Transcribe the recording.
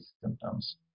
symptoms